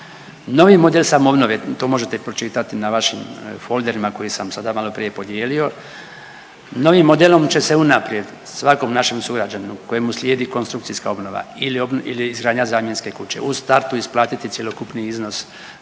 Novi model samoobnove to možete i pročitati na vašim folderima koje sam sada malo prije podijelio. Novim modelom će se unaprijed svakom našem sugrađaninu kojemu slijedi konstrukcijska obnova ili izgradnja zamjenske kuće u startu isplatiti cjelokupni iznos za